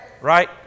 right